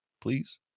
please